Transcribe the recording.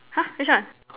!huh! which one